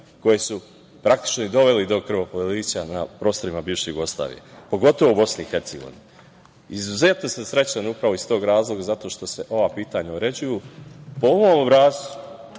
koje su praktično i dovele do krvoprolića na prostorima bivše Jugoslavije, pogotovo BiH.Izuzetno sam srećan upravo iz tog razloga, zato što se ova pitanja uređuju.